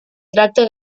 tracte